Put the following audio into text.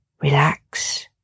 relax